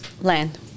land